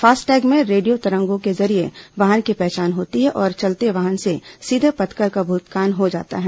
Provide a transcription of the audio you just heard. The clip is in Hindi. फास्टैग में रेडियो तरंगों के जरिये वाहन की पहचान होती है और चलते वाहन से सीधे पथकर का भुगतान हो जाता है